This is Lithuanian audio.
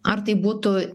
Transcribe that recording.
ar tai būtų